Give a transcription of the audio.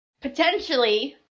potentially